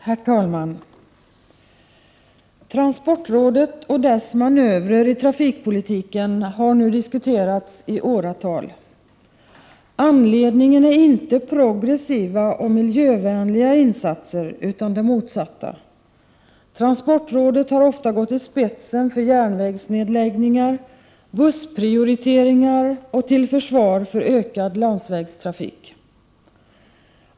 Herr talman! Transportrådet och dess manövrer i trafikpolitiken har diskuterats i åratal. Anledningen är inte progressiva och miljövänliga insatser, utan det motsatta. Transportrådet har ofta gått i spetsen för järnvägsnedläggningar, bussprioriteringar och till försvar för ökad landsvägstrafik.